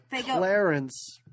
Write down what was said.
Clarence